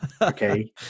okay